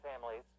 families